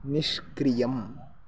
निष्क्रियम्